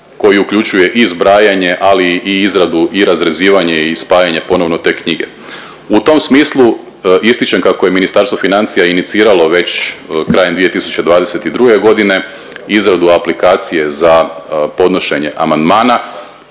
koji uključuje i zbrajanje, ali i izradu i razrezivanje i spajanje ponovno te knjige. U tom smislu ističem kako je Ministarstvo financija iniciralo već krajem 2022.g. izradu aplikacije za podnošenje amandmana